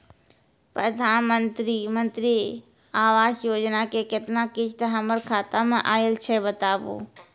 प्रधानमंत्री मंत्री आवास योजना के केतना किस्त हमर खाता मे आयल छै बताबू?